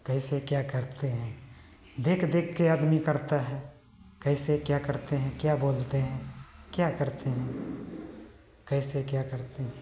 कैसे क्या करते हैं देख देखकर आदमी करता है कैसे क्या करते हैं क्या बोलते हैं क्या करते हैं कैसे क्या करते हैं